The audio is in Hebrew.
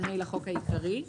לחוק העיקרי.